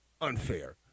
unfair